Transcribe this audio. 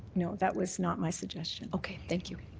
no, that was not my suggestion. okay. thank you.